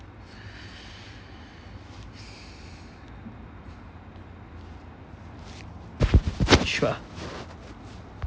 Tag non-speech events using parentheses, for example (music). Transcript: (noise) sure